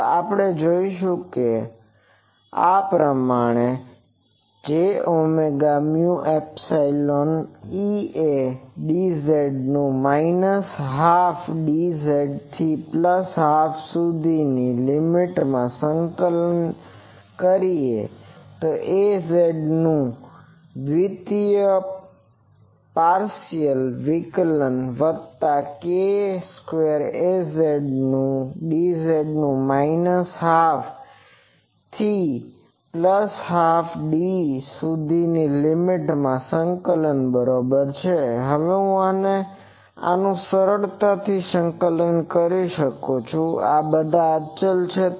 તો આપણે જોઈશું તે પ્રમાણે jωμϵ d2d2EAdz d2d22Azz2k2Azdz J omega mu epsilon EA dz નું માઈનસ હાલ્ફ d થી પ્લસ હાલ્ફ d સુધીની લીમીટ માં સંકલનએ Az નું દ્વિતીય પાર્સીઅલ વિકલન વત્તા k2 Az dz નું માઈનસ હાલ્ફ d થી પ્લસ હાલ્ફ d સુધીની લીમીટ માં સંકલન બરોબર છે હવે હું આનું સરળતાથી સંકલિત કરી શકું છું આ બધા અચલ છે